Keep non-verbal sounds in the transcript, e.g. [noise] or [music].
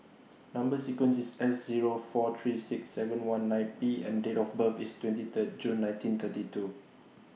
[noise] Number sequence IS S Zero four three six seven one nine P and Date of birth IS twenty Third June nineteen thirty two